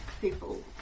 people